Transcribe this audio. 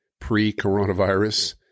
pre-coronavirus